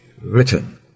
written